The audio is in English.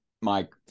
Mike